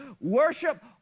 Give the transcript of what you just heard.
Worship